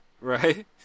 Right